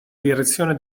direzione